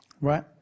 right